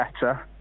better